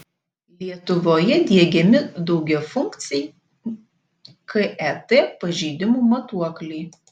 lietuvoje diegiami daugiafunkciai ket pažeidimų matuokliai